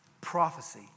prophecy